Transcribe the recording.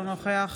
אינו נוכח